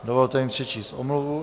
Dovolte mi přečíst omluvu.